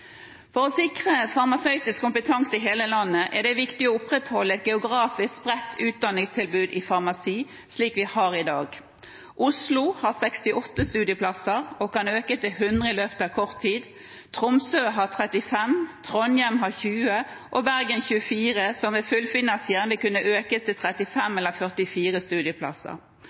For å sikre farmasøytisk kompetanse i hele landet er det viktig å opprettholde et geografisk spredt utdanningstilbud i farmasi, slik vi har i dag. Oslo har 68 studieplasser og kan øke til 100 i løpet av kort tid, Tromsø har 35, Trondheim har 20 og Bergen 24, som med fullfinansiering vil kunne økes til